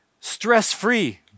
stress-free